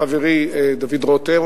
חברי דוד רותם,